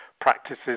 practices